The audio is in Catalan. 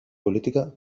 política